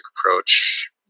approach